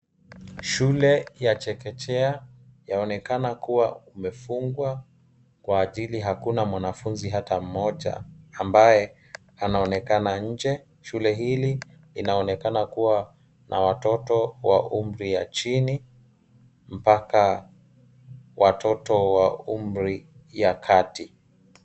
Shule ya chekechea yaonekana kuwa umefungwa kwa ajili hakuna mwanafunzi hata mmoja ambaye anaonekana nje. Shule hili inaonekana kuwa na watoto wa umri ya chini mpaka watoto wa umri ya kati.